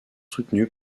soutenue